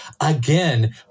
Again